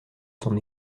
son